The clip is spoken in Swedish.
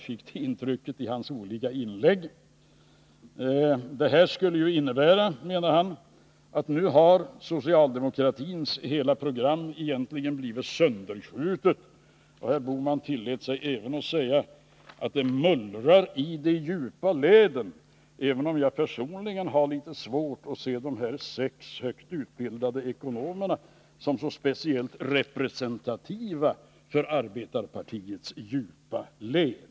Det intrycket har jag fått av hans inlägg i dag. Dessa ekonomers uttalanden innebär, menar han, att socialdemokratins hela program egentligen har blivit sönderskjutet. Herr Bohman tillät sig även att säga att det ”mullrar i de djupa leden”. Personligen har jag litet svårt att se dessa sex, högt utbildade ekonomer som speciellt representativa för arbetarpartiets djupa led.